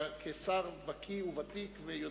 כשר בקי וותיק.